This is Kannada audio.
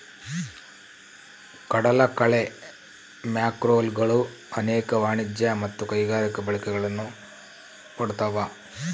ಕಡಲಕಳೆ ಮ್ಯಾಕ್ರೋಲ್ಗೆಗಳು ಅನೇಕ ವಾಣಿಜ್ಯ ಮತ್ತು ಕೈಗಾರಿಕಾ ಬಳಕೆಗಳನ್ನು ಪಡ್ದವ